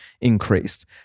increased